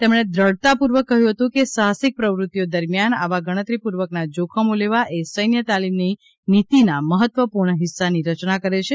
તેમણે દ્રઢતાપૂર્વક કહ્યું હતું કે સાહસિક પ્રવૃત્તિઓ દરમિયાન આવા ગણતરીપૂર્વકના જોખમો લેવા એ સૈન્ય તાલિમની નીતિના મહત્વપૂર્ણ હિસ્સાની રચના કરે છે